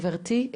גברתי,